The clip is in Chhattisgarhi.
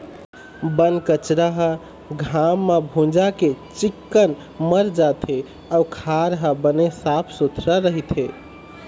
बन कचरा ह घाम म भूंजा के चिक्कन मर जाथे अउ खार ह बने साफ सुथरा रहिथे